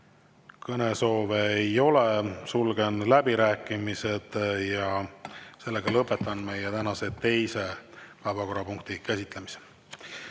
Kõnesoove ei ole, sulgen läbirääkimised. Ja lõpetan meie tänase teise päevakorrapunkti käsitlemise.